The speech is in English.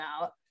out